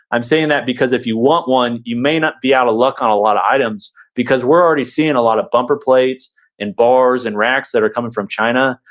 i'm saying that because if you want one, you may not be out of luck on a lot of items because we're already seeing a lot of bumper plates and bars and racks that are coming from china,